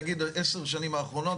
להגיד עשר שנים האחרונות.